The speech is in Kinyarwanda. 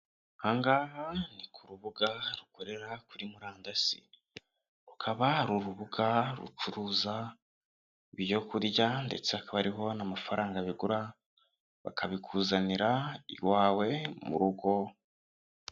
Aha ngaha ni ku rubuga rukorera kuri murandasi rukaba ari urubuga rucuruza ibyo kurya ndetse hakaba hariho n'amafaranga bigura bakabikuzanira iwawe mu rugo.